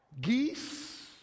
Geese